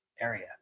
area